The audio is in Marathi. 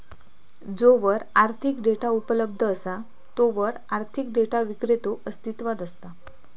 जोवर आर्थिक डेटा उपलब्ध असा तोवर आर्थिक डेटा विक्रेतो अस्तित्वात असता